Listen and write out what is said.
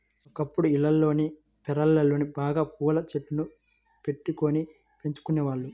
ఒకప్పుడు ఇళ్లల్లోని పెరళ్ళలో బాగా పూల చెట్లను బెట్టుకొని పెంచుకునేవాళ్ళు